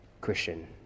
Christian